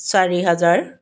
চাৰি হাজাৰ